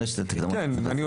כן.